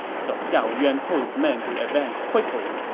so xiahou yuan told his men to advance quickly.